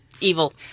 evil